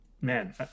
man